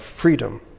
freedom